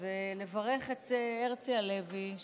ולברך את הרצי הלוי,